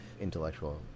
intellectual